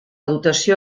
dotació